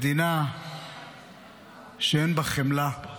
מדינה שאין בה חמלה,